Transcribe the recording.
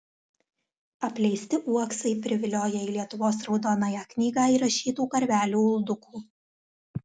apleisti uoksai privilioja į lietuvos raudonąją knygą įrašytų karvelių uldukų